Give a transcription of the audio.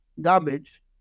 garbage